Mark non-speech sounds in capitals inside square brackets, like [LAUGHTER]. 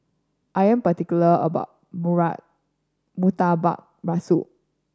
I am particular about [UNINTELLIGIBLE] Murtabak Rusa